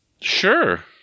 Sure